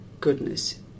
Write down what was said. goodness